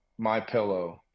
MyPillow